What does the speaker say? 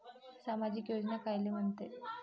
सामाजिक योजना कायले म्हंते?